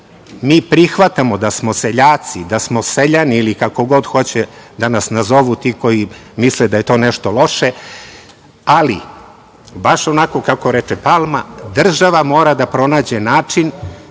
mi prihvatamo da smo seljaci, da smo seljani ili kako god hoće da nas nazovu ti koji misle da je to nešto loše. Ali, baš onako kako reče Palma, država mora da pronađe način